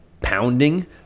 pounding